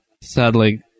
sadly